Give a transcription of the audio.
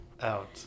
out